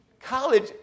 college